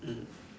mm